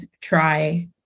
try